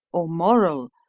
or moral,